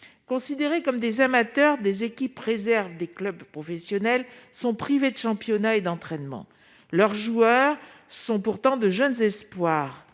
aux sportifs amateurs, les équipes réserves des clubs professionnels sont privées de championnat et d'entraînement. Leurs joueurs sont pourtant de jeunes espoirs